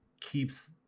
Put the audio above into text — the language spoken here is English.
keeps